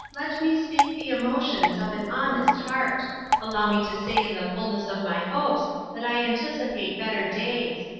let me speak the emotions of an honest heart allow me to say in the fullness of my hopes that i anticipate better days.